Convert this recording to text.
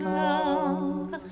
love